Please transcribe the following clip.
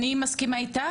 אני מסכימה איתך,